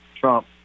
Trump